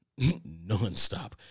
nonstop